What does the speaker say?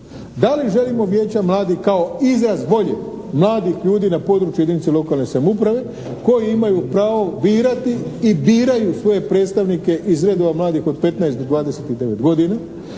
da li želimo vijeća mladih kao izraz volje mladih ljudi na području jedinica lokalne samouprave koji imaju pravo birati i biraju svoje predstavnike iz redova mladih od 15-29 godina,